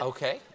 Okay